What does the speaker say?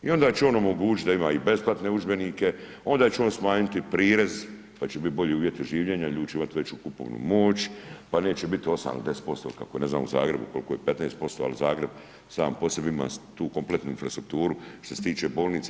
I onda će on omogućiti da ima i besplatne udžbenike, onda će on smanjiti prirez, pa će biti bolji uvjeti življenja, ljudi će imati veću kupovnu moć, pa neće biti 8 ili 10% kako je ne znam u Zagrebu, koliko je 15%, ali Zagreb sam po sebi ima tu kompletnu infrastrukturu što se tiče bolnica.